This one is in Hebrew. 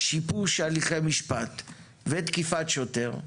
שיבוש הליכי חקירה ותקיפה שוטר,